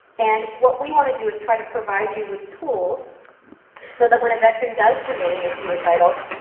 and what we want to do is try to provide you with tools so that when a veteran does come in and is suicidal,